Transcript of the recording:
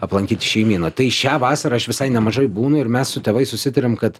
aplankyti šeimyną tai šią vasarą aš visai nemažai būnu ir mes su tėvais susitarėm kad